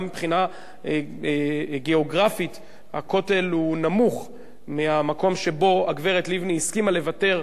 גם מבחינה גיאוגרפית הכותל נמוך מהמקום שבו הגברת לבני הסכימה לוותר,